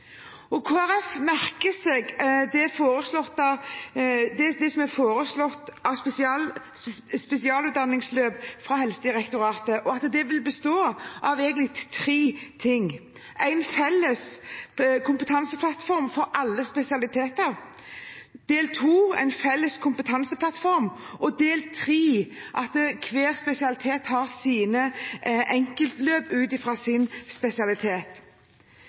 merker seg det som er foreslått av spesialistutdanningsløp, fra Helsedirektoratet, og at det vil bestå av tre ting: én felles kompetanseplattform for alle spesialiteter, én felles faglig kompetanseplattform der hver spesialitet har sine enkeltløp ut fra sin spesialitet,